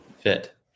fit